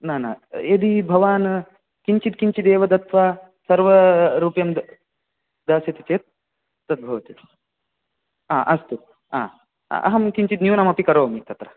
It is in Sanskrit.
न न यदि भवान् किञ्चित् किञ्चिदेव दत्त्वा सर्वरूप्यं दास्यति चेत् तद्भवति हा अस्तु हा अहं किञ्चिद् न्यूनमपि करोमि तत्र